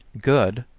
good